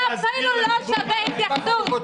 אתה אפילו לא שווה התייחסות.